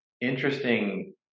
interesting